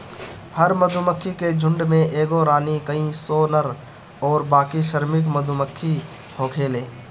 हर मधुमक्खी के झुण्ड में एगो रानी, कई सौ नर अउरी बाकी श्रमिक मधुमक्खी होखेले